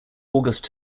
august